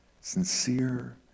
Sincere